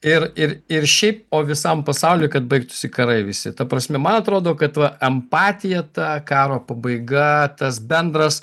ir ir ir šiaip o visam pasauliui kad baigtųsi karai visi ta prasme man atrodo kad va empatija ta karo pabaiga tas bendras